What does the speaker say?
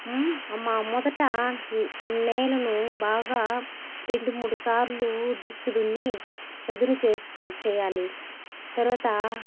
అమ్మ మొదట నే నేలను బాగా రెండు మూడు సార్లు దుక్కి దున్ని చదును చేసి పే చేయాలి తర్వాత